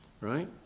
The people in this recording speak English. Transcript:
right